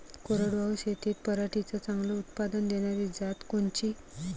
कोरडवाहू शेतीत पराटीचं चांगलं उत्पादन देनारी जात कोनची?